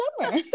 summer